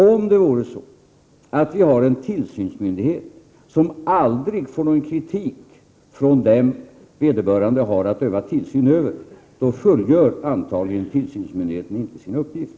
Om en tillsynsmyndighet aldrig fick någon kritik från dem som vederbörande har att öva tillsyn över, då skulle tillsynsmyndigheten antagligen inte fullgöra sina uppgifter.